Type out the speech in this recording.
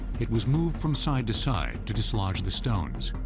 it was moved from side to side to dislodge the stones.